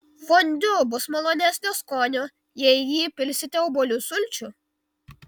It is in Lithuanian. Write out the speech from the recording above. fondiu bus malonesnio skonio jei į jį įpilsite obuolių sulčių